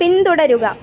പിന്തുടരുക